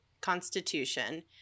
Constitution